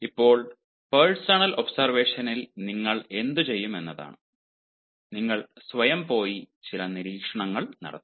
ഇപ്പോൾ പേഴ്സണൽ ഒബ്സർവേഷനിൽ നിങ്ങൾ എന്തുചെയ്യും എന്നതാണ് നിങ്ങൾ സ്വയം പോയി ചില നിരീക്ഷണങ്ങൾ നടത്താം